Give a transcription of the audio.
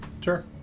Sure